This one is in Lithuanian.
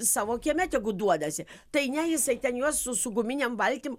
savo kieme tegu duodasi tai ne jisai ten juos su su guminėm valtim